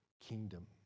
kingdom